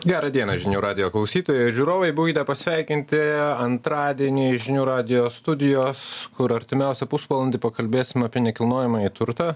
gerą dieną žinių radijo klausytojai žiūrovai būkite pasveikinti antradienį žinių radijo studijos kur artimiausią pusvalandį pakalbėsime apie nekilnojamąjį turtą